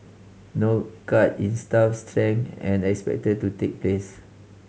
no cut in staff strength are expected to take place